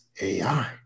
ai